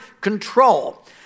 control